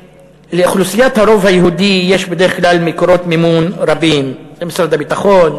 לאוכלוסיית הרוב היהודי יש בדרך כלל מקורות מימון רבים משרד הביטחון,